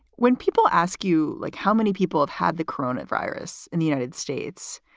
when people ask you, like, how many people have had the corona virus in the united states?